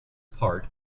part